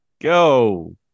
Go